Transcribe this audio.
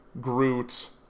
Groot